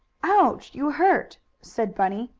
ouch! you hurt! said bunny,